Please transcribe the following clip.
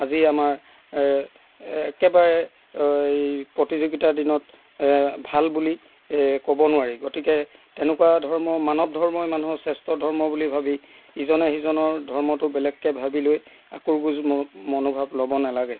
আজি আমাৰ একেবাৰে এই প্ৰতিযোগীতাৰ দিনত ভাল বুলি ক'ব নোৱাৰি গতিকে তেনেকুৱা ধৰ্ম মানৱ ধৰ্মই মানুহৰ শ্ৰেষ্ঠ ধৰ্ম বুলি ভাবি ইজনে সিজনৰ ধৰ্মটো বেলেগকৈ ভাবি লৈ আকোৰগোজ ম মনোভাৱ ল'ব নেলাগে